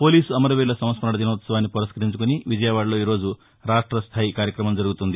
police అమరవీరుల సంస్మరణ దినోత్సవాన్ని పురస్కరించుకుని విజయవాడలో ఈ రోజు రాష్టస్లాయి కార్యక్రమం జరుగుతుంది